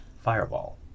Fireball